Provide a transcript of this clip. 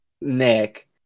Nick